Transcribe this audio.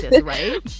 right